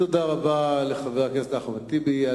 תודה רבה לחבר הכנסת אחמד טיבי.